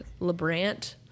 LeBrant